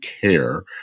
care